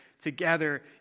together